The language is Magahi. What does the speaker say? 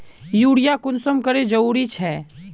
यूरिया कुंसम करे जरूरी छै?